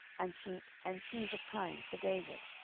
and sheep, and cheese of kine, for david,